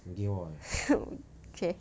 hmm okay